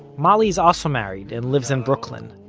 mollie's also married, and lives in brooklyn.